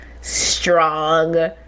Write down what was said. strong